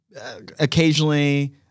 occasionally